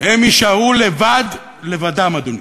הם יישארו לבד, לבדם, אדוני.